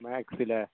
maths ലെ